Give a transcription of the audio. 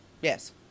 Yes